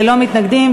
33, אין מתנגדים.